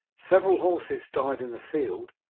several horses died in the field,